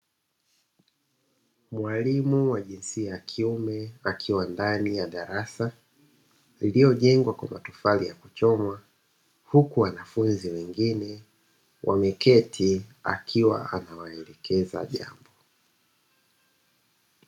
Mwalimu wa jinsia ya kiume akiwa ndani ya darasa lililojengwa kwa matofali ya kuchomwa, huku wanafunzi wengine wameketi akiwa anawaelekeza jambo.